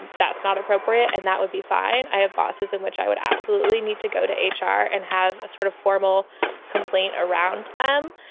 and that's not appropriate. and that would be fine. i have bosses in which i would absolutely need to go to h r. and have a sort of formal complaint around them.